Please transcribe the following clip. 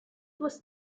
was